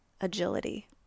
agility